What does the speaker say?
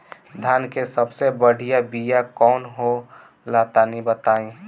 धान के सबसे बढ़िया बिया कौन हो ला तनि बाताई?